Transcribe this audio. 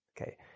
Okay